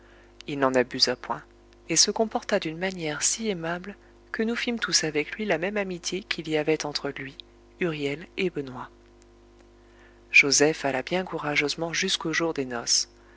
il n'en abusa point et se comporta d'une manière si aimable que nous fîmes tous avec lui la même amitié qu'il y avait entre lui huriel et benoît joseph alla bien courageusement jusqu'au jour des noces